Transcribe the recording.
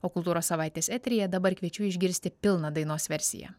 o kultūros savaitės eteryje dabar kviečiu išgirsti pilną dainos versiją